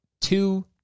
two